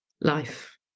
life